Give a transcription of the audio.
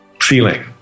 feeling